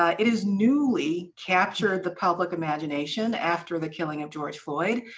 ah it has newly captured the public imagination after the killing of george floyd,